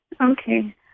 Okay